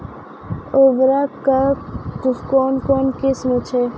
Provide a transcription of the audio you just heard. उर्वरक कऽ कून कून किस्म छै?